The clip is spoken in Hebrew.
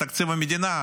זה תקציב המדינה,